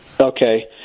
Okay